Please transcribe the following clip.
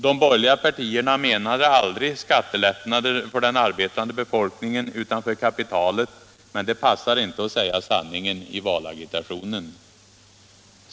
De borgerliga partierna avsåg aldrig att införa skattelättnader för den arbetande befolkningen utan för kapitalet, men det passade inte att i valagitationen säga sanningen.